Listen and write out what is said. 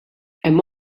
hemm